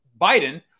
Biden –